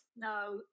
No